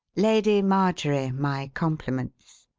lady marjorie, my compliments.